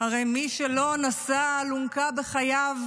הרי מי שלא נשא אלונקה בחייו,